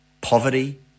poverty